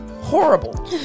horrible